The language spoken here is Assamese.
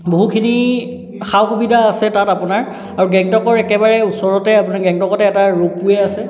বহুখিনি সা সুবিধা আছে তাত আপোনাৰ আৰু গেংটকৰ একেবাৰে ওচৰতে আপোনাৰ গেংটকতে এটা ৰোপৱে' আছে